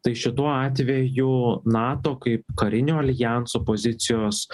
tai šituo atveju nato kaip karinio aljanso pozicijos